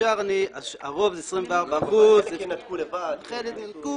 הרוב זה 24%, חלק ניתקו --- תמשיך,